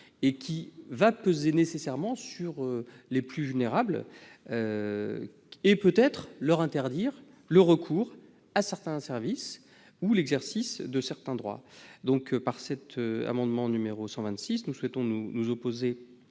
ce qui va peser nécessairement sur les plus vulnérables et peut-être leur interdire le recours à certains services ou l'exercice de certains droits. Par cet amendement n° 126, nous nous opposons